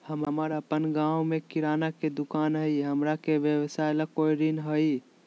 हमर अपन गांव में किराना के दुकान हई, हमरा के व्यवसाय ला कोई ऋण हई?